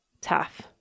tough